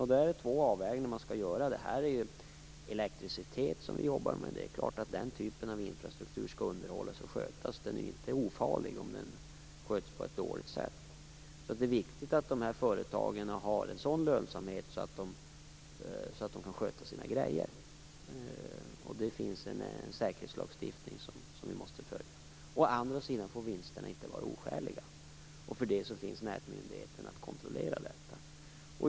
Och då är det två avvägningar som man skall göra. Det handlar om elektricitet. Det är klart att den typen av infrastruktur skall underhållas och skötas. Den är ju inte ofarlig om den sköts på ett dåligt sätt. Det är alltså viktigt att dessa företag har en sådan lönsamhet att de kan sköta sin verksamhet. Det finns en säkerhetslagstiftning som vi måste följa. Å andra sidan får inte vinsterna vara oskäliga. Nätmyndigheten finns för att kontrollera detta.